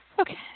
Okay